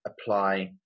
apply